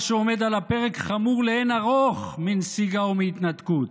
מה שעומד על הפרק חמור לאין ערוך מנסיגה או מהתנתקות,